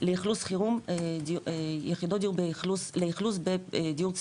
לאכלוס חירום, יחידות דיור לאכלוס בדיור ציבורי.